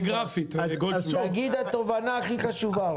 רועי, תגיד את התובנה הכי חשובה.